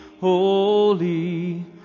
holy